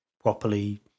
properly